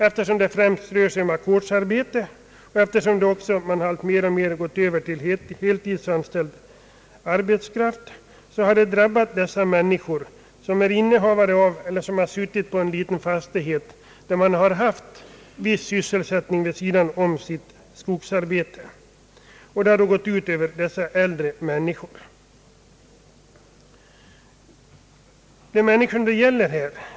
Eftersom det främst rört sig om ackordsarbete och eftersom man alltmer gått över till heltidsanställd arbetskraft, har det drabbat dessa människor som är innehavare av eller suttit på en liten fastighet, där de haft viss sysselsättning vid sidan om skogsarbetet. Särskilt har det gått ut över de äldre. Det är människan det gäller här.